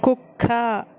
కుక్క